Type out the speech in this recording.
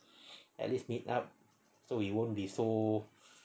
at least meet up so we won't be so